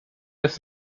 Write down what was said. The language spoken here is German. das